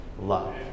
love